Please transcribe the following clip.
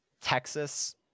Texas